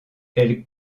elle